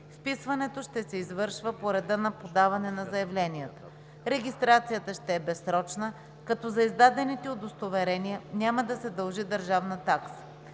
Вписването ще се извършва по реда на подаване на заявленията. Регистрацията ще е безсрочна, като за издадените удостоверения няма да се дължи държавна такса.